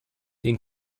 den